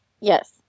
Yes